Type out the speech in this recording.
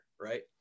right